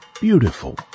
beautiful